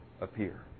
appear